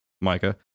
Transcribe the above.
Micah